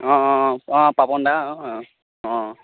অঁ অঁ অঁ পাপন দা অঁ অঁ